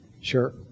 Sure